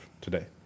today